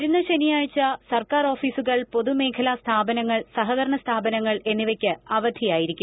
വരുന്ന ശനിയാഴ്ച സർക്കാർ ഓഫീസുകൾ പൊതുമേഖലാ സ്ഥാപനങ്ങൾ സഹകരണ സ്ഥാപനങ്ങൾ എന്നിവയ്ക്ക് അവധിയായിരിക്കും